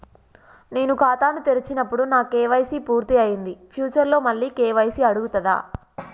నేను ఖాతాను తెరిచినప్పుడు నా కే.వై.సీ పూర్తి అయ్యింది ఫ్యూచర్ లో మళ్ళీ కే.వై.సీ అడుగుతదా?